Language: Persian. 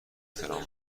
تهران